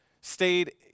stayed